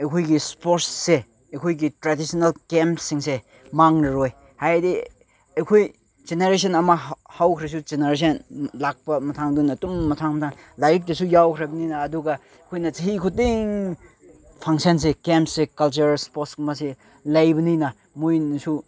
ꯑꯩꯈꯣꯏꯒꯤ ꯏꯁꯄꯣꯔꯠꯁꯁꯦ ꯑꯩꯈꯣꯏꯒꯤ ꯇ꯭ꯔꯦꯗꯤꯁꯅꯦꯜ ꯒꯦꯝꯁꯁꯤꯡꯁꯦ ꯃꯥꯡꯂꯔꯣꯏ ꯍꯥꯏꯗꯤ ꯑꯩꯈꯣꯏ ꯖꯦꯅꯦꯔꯦꯁꯟ ꯑꯃ ꯍꯧꯈ꯭ꯔꯁꯨ ꯖꯦꯅꯦꯔꯦꯁꯟ ꯂꯥꯛꯄ ꯃꯊꯪꯗꯨꯅ ꯑꯗꯨꯝ ꯃꯊꯪ ꯃꯊꯪ ꯂꯥꯏꯔꯤꯛꯇꯁꯨ ꯌꯥꯎꯈ꯭ꯔꯕꯅꯤꯅ ꯑꯗꯨꯒ ꯑꯩꯈꯣꯏꯅ ꯆꯍꯤ ꯈꯨꯗꯤꯡ ꯐꯪꯁꯟꯁꯦ ꯒꯦꯝꯁꯁꯦ ꯀꯜꯆꯔꯦꯜ ꯏꯁꯄꯣꯔꯠꯁꯀꯨꯝꯕꯁꯦ ꯂꯩꯕꯅꯤꯅ ꯃꯣꯏꯅꯁꯨ